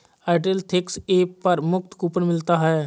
Airtel Thanks app पर मुफ्त coupon मिलता है